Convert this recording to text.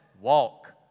Walk